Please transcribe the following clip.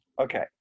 Okay